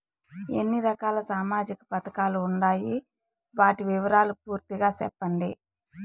ఎన్ని రకాల సామాజిక పథకాలు ఉండాయి? వాటి వివరాలు పూర్తిగా సెప్పండి?